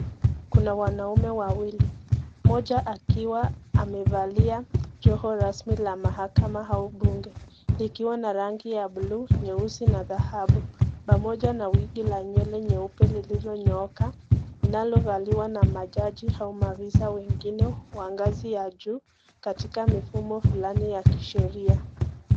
Kuna wanaume wawili, mmoja akiwa amevalia joho rasmi la mahakama au bunge likiwa na rangi ya blue , nyeusi na dhahabu, pamoja na wigi la nywele nyeupe lililonyooka linalovaliwa na majaji au maafisa wengine wa ngazi ya juu katika mifumo fulani ya kisheria.